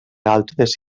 altres